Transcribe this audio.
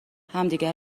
همدیگه